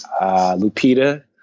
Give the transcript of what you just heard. Lupita